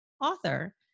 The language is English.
author